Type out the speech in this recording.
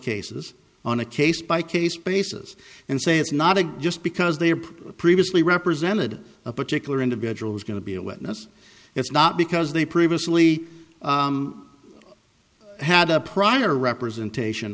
cases on a case by case basis and say it's not a just because they are previously represented a particular individual is going to be a witness it's not because they previously had a prior representation